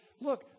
look